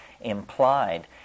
implied